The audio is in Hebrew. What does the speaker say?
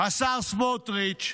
השר סמוטריץ',